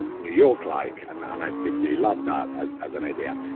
ah new york-like, and and i particularly love that as as an idea.